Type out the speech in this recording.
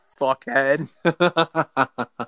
fuckhead